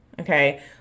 Okay